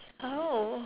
oh